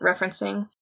referencing